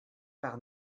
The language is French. par